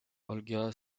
olga